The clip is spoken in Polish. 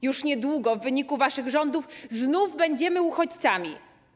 Już niedługo w wyniku waszych rządów znów będziemy uchodźcami.